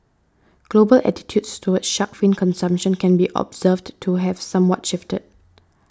global attitudes towards shark fin consumption can be observed to have somewhat shifted